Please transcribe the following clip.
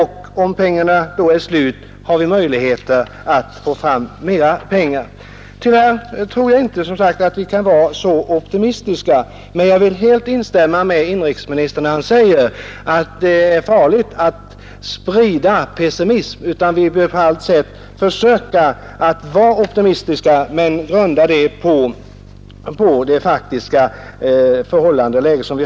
Om inte och om pengarna då är slut, har vi då möjligheter att få fram mera pengar? Tyvärr tror jag inte vi kan vara så optimistiska. Men jag vill helt instämma med inrikesministern när han säger att det är farligt att sprida pessimism; vi bör tvärtom på allt sätt försöka vara optimistiska men grunda det på det faktiska läget.